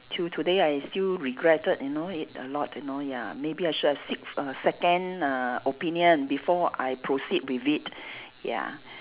till today I still regretted you know it a lot you know ya maybe I should have seek a second uh opinion before I proceed with it ya